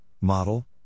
model